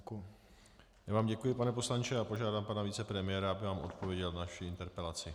Já vám děkuji, pane poslanče, a požádám pana vicepremiéra, aby vám odpověděl na vaši interpelaci.